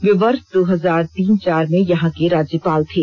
वे वर्ष दो हजार तीन चार में यहां के राज्यपाल थे